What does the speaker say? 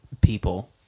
people